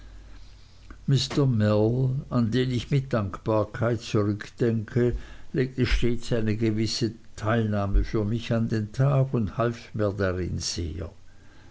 mell an den ich mit dankbarkeit zurückdenke legte stets eine gewisse teilnahme für mich an den tag und half mir darin sehr